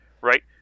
right